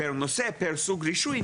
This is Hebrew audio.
פר נושא, פר סוג רישוי.